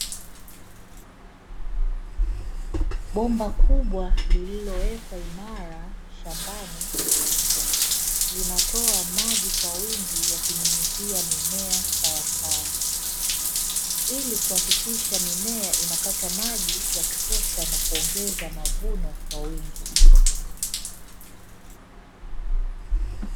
Bomba kubwa lililowekwa imara shambani linatoa maji kwa wingi yakinyunyizia mimea sawasawa, ili kuhakikisha mimea inapata maji ya kutosha na kuongeza mavuno kwa wingi.